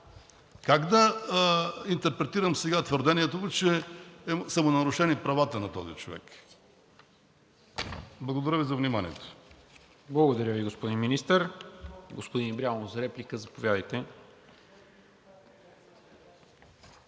Как да интерпретирам сега твърдението му, че са нарушени правата на този човек? Благодаря Ви за вниманието.